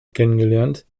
kennengelernt